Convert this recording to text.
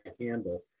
handle